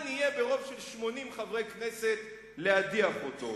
יהיה ברוב של 80 חברי כנסת להדיח אותו,